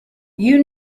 you